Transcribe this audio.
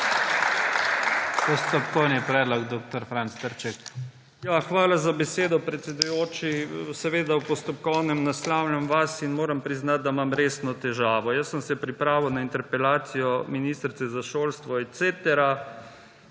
Postopkovni predlog dr. Franc Trček. DR. FRANC TRČEK (PS SD): Hvala za besedo, predsedujoči. Seveda v postopkovnem naslavljam vas in moram priznati, da imam resno težavo. Jaz sem se pripravil na interpelacijo ministrice za šolstvo et